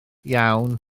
iawn